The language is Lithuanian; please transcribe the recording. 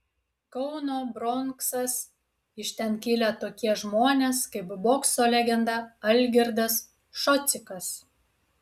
kauno bronksas iš ten kilę tokie žmonės kaip bokso legenda algirdas šocikas